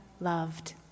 loved